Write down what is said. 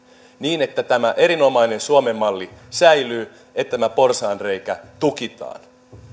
niin että tämä erinomainen suomen malli säilyy että tämä porsaanreikä tukitaan